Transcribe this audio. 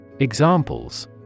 Examples